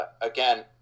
again